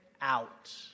out